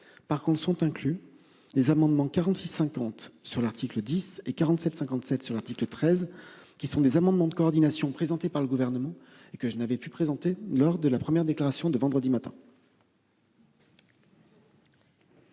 Par contre ils sont inclus les amendements 46 50 sur l'article 10 et 47 57 sur l'article 13 qui sont des amendements de coordination présenté par le gouvernement et que je n'avais pu présenter lors de la première déclaration de vendredi matin.